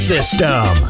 System